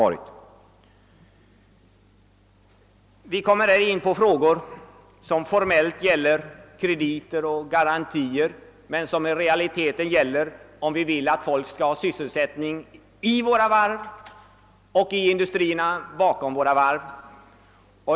Vi kommer här in på frågor som formellt gäller krediter och garantier men som i realiteten gäller om vi vill att folk skall ha sysselsättning vid våra varv och i industrierna bakom våra varv.